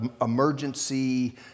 emergency